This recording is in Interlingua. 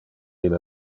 ille